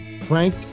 Frank